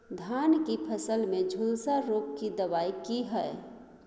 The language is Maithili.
धान की फसल में झुलसा रोग की दबाय की हय?